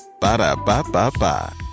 Ba-da-ba-ba-ba